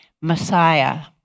Messiah